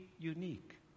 unique